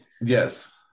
Yes